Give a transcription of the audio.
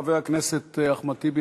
חבר הכנסת אחמד טיבי.